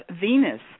Venus